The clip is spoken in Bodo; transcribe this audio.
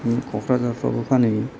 क'क्राझारफोरावबो फानहैयो